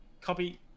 Copy